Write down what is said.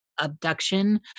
abduction